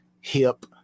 hip